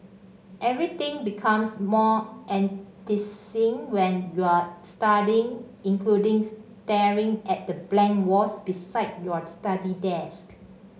everything becomes more enticing when you're studying including staring at the blank walls beside your study desk